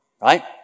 right